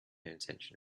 intention